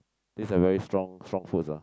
these are very strong strong foods ah